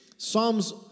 Psalms